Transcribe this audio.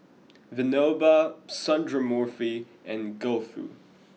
Vinoba Sundramoorthy and Gouthu